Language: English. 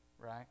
right